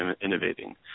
innovating